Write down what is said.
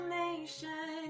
nation